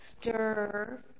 stir